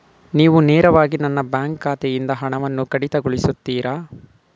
ನೀವು ನೇರವಾಗಿ ನನ್ನ ಬ್ಯಾಂಕ್ ಖಾತೆಯಿಂದ ಹಣವನ್ನು ಕಡಿತಗೊಳಿಸುತ್ತೀರಾ?